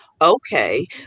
Okay